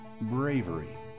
bravery